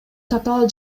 татаал